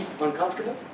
uncomfortable